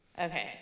Okay